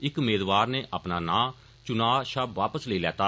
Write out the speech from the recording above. इक मेदवार नै अपना नां च्नां शा वापस लेई लैता